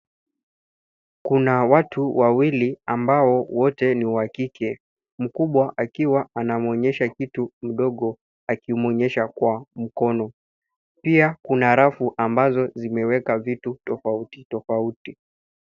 Kuna watu wawili ambao wote ni wa kike. Mkubwa akiwa anamuonyesha kitu mdogo, akimuonyesha kwa mkono. Pia kuna rafu ambazo zimeweka vitu tofauti tofauti.